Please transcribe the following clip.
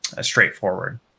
straightforward